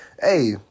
Hey